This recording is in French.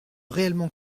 réellement